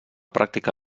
pràctica